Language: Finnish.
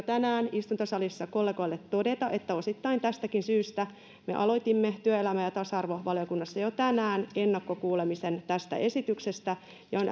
tänään tässä istuntosalissa kollegoille todeta että osittain tästäkin syystä me aloitimme työelämä ja tasa arvovaliokunnassa jo tänään ennakkokuulemisen tästä esityksestä on